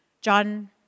John